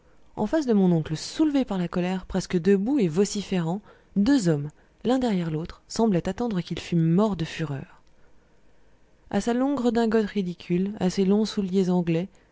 en face de mon oncle soulevé par la colère presque debout et vociférant deux hommes l'un derrière l'autre semblaient attendre qu'il fût mort de fureur a sa longue redingote ridicule à ses longs souliers anglais